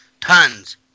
Tons